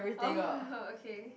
oh okay